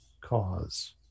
cause